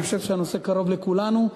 אני חושב שהנושא קרוב לכולנו,